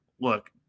Look